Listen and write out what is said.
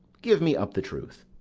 give me up the truth.